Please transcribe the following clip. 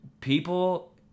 people